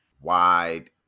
wide